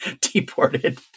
Deported